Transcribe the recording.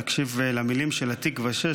תקשיב למילים של התקווה 6,